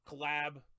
collab